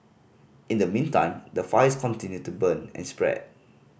in the meantime the fires continue to burn and spread